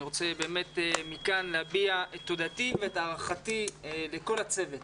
ואני רוצה מכאן להביע את תודתי ואת הערכתי לכל הצוות.